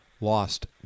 Lost